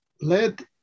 Let